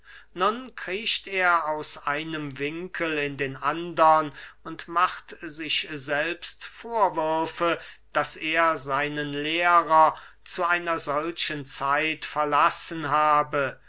nun kriecht er aus einem winkel in den andern und macht sich selbst vorwürfe daß er seinen lehrer zu einer solchen zeit verlassen habe